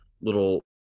little